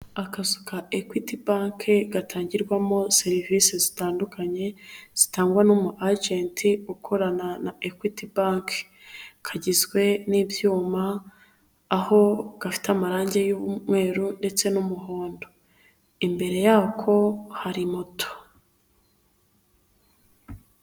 Akazu ka ekwiti banke gatangirwamo serivisi zitandukanye zitangwa n'umu agenti ukorana na ekwiti banki, kagizwe n'ibyuma aho gafite amarangi y'umweru ndetse n'umuhondo imbere yako hari moto.